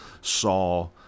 saw